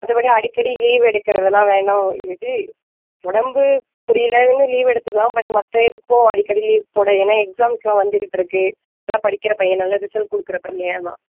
மற்றபடி அடிக்கடி லீவு எடுக்கிறதுலான் வேண்டாம் எது உடம்பு முடியலனு லீவ் எடுத்துக்குலாம் பட் மற்ற இதுக்கும் அடிக்கடி லீவ் போட ஏன்னா எக்ஸாம்ஸ்லாம் வந்துகிட்டு இருக்க நல்லா படிக்கிற பையன் நல்லா ரிசல்ட் கொடுக்குற பையன் அதான்